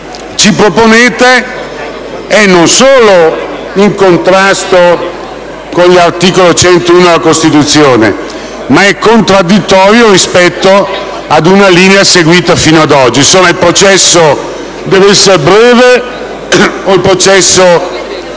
ci proponete è non solo in contrasto con l'articolo 101 della Costituzione, ma è contraddittorio rispetto ad una linea seguita fino ad oggi. Il processo deve essere breve o deve essere,